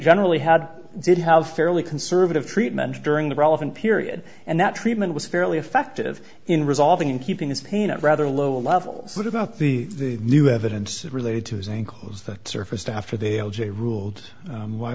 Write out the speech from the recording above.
generally had did have fairly conservative treatment during the relevant period and that treatment was fairly effective in resolving and keeping his pain out rather low levels what about the new evidence related to his includes the surface to after the o j ruled